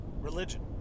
religion